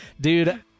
Dude